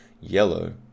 Yellow